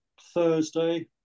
Thursday